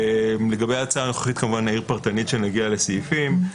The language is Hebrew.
לגבי ההצעה הנוכחית אעיר פרטנית כשנגיע לסעיפים.